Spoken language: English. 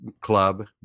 club